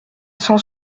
cent